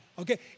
okay